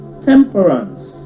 temperance